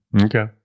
Okay